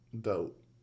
Dope